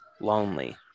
lonely